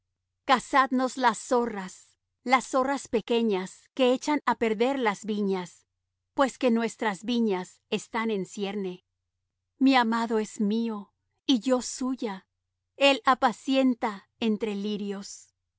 cazadnos las zorra las zorras pequeñas que echan á perder las viñas pues que nuestras viñas están en cierne mi amado es mío y yo suya el apacienta entre lirios